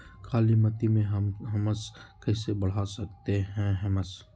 कालीमती में हमस कैसे बढ़ा सकते हैं हमस?